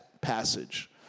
passage